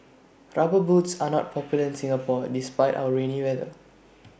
rubber boots are not popular in Singapore despite our rainy weather